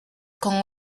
con